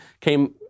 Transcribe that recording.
came